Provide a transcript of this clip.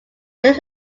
list